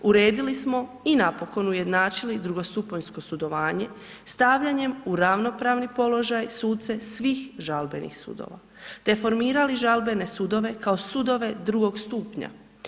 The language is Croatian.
Uredili smo i napokon ujednačili drugostupanjsko sudovanje stavljanjem u ravnopravni položaj suce svih žalbenih sudova, te formirali žalbene sudove kao sudove drugog stupnja.